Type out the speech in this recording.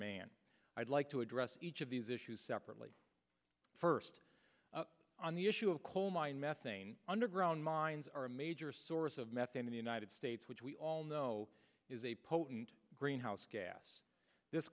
mann i'd like to address each of these issues separately first up on the issue of coal mine methane underground mines are a major source of methane in the united states which we all know is a potent greenhouse gas this